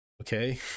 okay